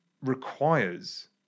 requires